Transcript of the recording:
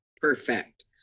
perfect